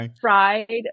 fried